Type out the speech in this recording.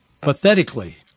pathetically